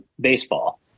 baseball